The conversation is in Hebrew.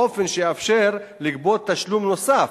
באופן שיאפשר לגבות תשלום נוסף,